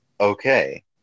okay